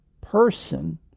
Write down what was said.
person